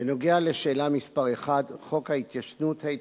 נודע לי כי במקרה של סילוף חוזי ביטוח או גילוי טעויות